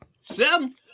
Seven